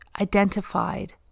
identified